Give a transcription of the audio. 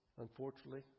Unfortunately